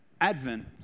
Advent